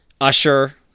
Usher